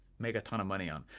make a ton of money on.